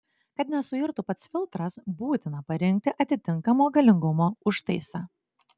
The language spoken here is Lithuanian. kad nesuirtų pats filtras būtina parinkti atitinkamo galingumo užtaisą